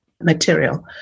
material